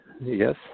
Yes